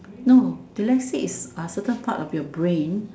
no dyslexic is a certain part of your brain